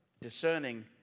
discerning